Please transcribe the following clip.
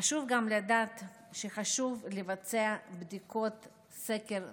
חשוב גם לדעת שחשוב לבצע בדיקות סקר תקופתיות.